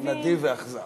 אני חושב שזה